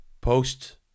post